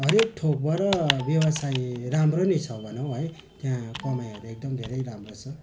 हरेक थोकबाट व्यवसायी राम्रो नै छ भनौँ है त्यहाँ कमाइहरू एकदम धेरै राम्रो छ